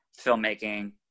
filmmaking